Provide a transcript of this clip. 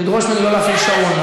לדרוש ממני לא להפעיל שעון,